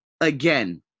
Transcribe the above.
again